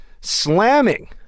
slamming